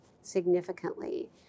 significantly